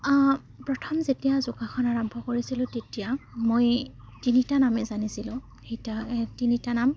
প্ৰথম যেতিয়া যোগাসন আৰম্ভ কৰিছিলোঁ তেতিয়া মই তিনিটা নামে জানিছিলোঁ তিনিটা নাম